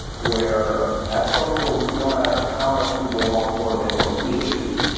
where at some points, no matter how much people want more bitcoin to be issued,